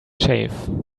shave